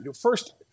First